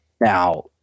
Now